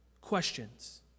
questions